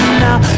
now